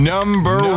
Number